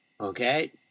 okay